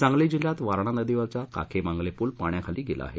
सांगली जिल्ह्यात वारणा नदीवरील काखे मांगले पूल पाण्याखाली गेला आहे